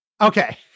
Okay